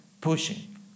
pushing